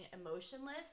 emotionless